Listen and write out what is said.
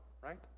right